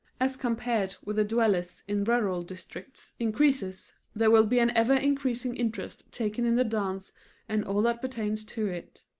as compared with the dwellers in rural districts, increases, there will be an ever-increasing interest taken in the dance and all that pertains to it.